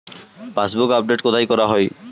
Passbook update কোথায় করা হয়?